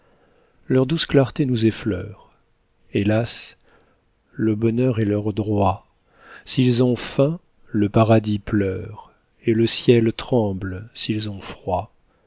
leur douce clarté nous effleure hélas le bonheur est leur droit s'ils ont faim le paradis pleure et le ciel tremble s'ils ont froid